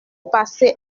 passer